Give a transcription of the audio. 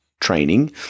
training